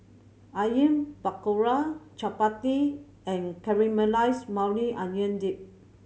Onion Pakora Chapati and Caramelized Maui Onion Dip